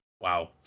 Wow